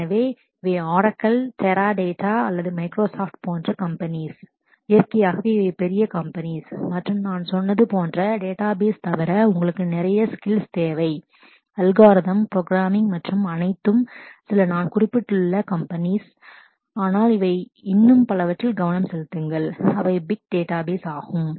எனவே இவை Oracle Oracle Teradata Teradata அல்லது மைக்ரோசாப்ட் Microsoft போன்ற கம்பெனிஸ் companies மற்றும் இயற்கையாகவே இவை பெரிய கம்பெனிஸ் மற்றும் நான் சொன்னது போன்ற டேட்டாபேஸ்ஸ் தவிர உங்களுக்கு நிறைய ஸ்கில்ஸ் skills தேவை அல்காரிதம் algorithm புரோகிராமிங் மற்றும் அனைத்தும் சில நான் குறிப்பிட்டுள்ள mentioned கம்பெனிஸ் ஆனால் இன்னும் பலவற்றில் கவனம் செலுத்துங்கள் அவை big data space big data space